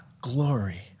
glory